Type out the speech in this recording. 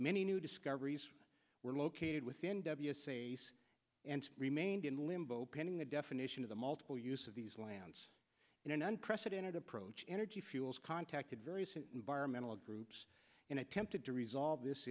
many new discoveries were located within and remained in limbo pending the definition of the multiple use of these lands in an unprecedented approach energy fuels contacted various environmental groups and attempted to resolve this